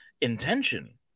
intention